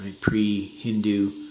pre-Hindu